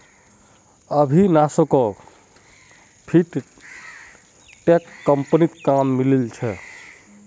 अविनाशोक फिनटेक कंपनीत काम मिलील छ